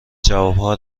جوابها